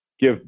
give